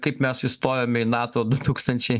kaip mes įstojome į nato du tūkstančiai